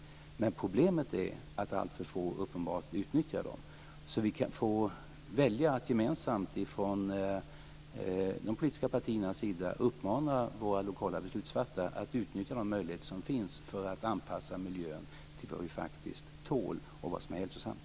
Men problemet är att alltför få uppenbarligen utnyttjar dem. Vi får välja att gemensamt från de politiska partiernas sida uppmana våra lokala beslutsfattare att utnyttja de möjligheter som finns för att anpassa miljön till vad vi faktiskt tål, och vad som är hälsosamt.